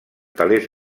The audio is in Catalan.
telers